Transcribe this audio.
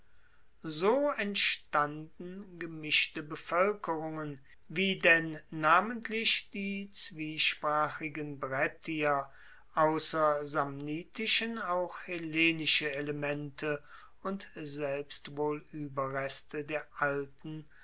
so entstanden gemischte bevoelkerungen wie denn namentlich die zwiesprachigen brettier ausser samnitischen auch hellenische elemente und selbst wohl ueberreste der alten